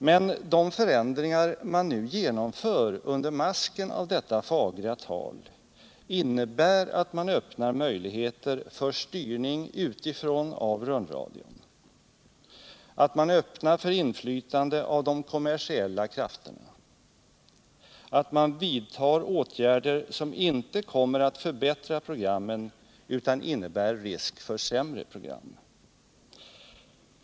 Men de förändringar man nu genomför under masken av detta fagra tal innebär att man öppnar möjligheter för styrning utifrån av rundradion, att man öppnar för inflytande av de kommersiella krafterna, att man vidtar åtgärder som inte kommer att förbättra programmen utan innebär risk för sämre program.